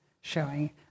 showing